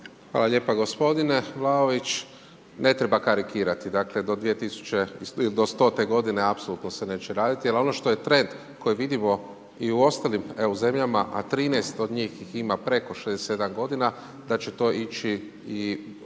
Hvala lijepa gospodine Vlaović, ne treba karikirati. Dakle do stote godine apsolutno se neće raditi, ali ono što je trend koji vidimo i u ostalim EU zemljama, a u 13 od njih ih ima preko 67 godina, da će to ići i